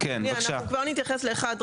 אנחנו כבר נתייחס לאחד.